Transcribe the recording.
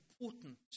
important